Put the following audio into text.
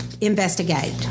Investigate